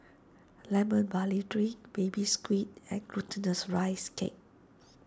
Lemon Barley Drink Baby Squid and Glutinous Rice Cake